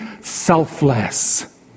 selfless